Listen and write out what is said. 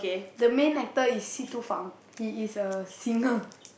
the main actor is Si Tu Feng he is a singer